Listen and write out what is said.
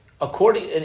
According